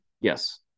Yes